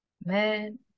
man